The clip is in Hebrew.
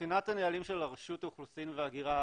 מבחינת הנהלים של רשות האוכלוסין וההגירה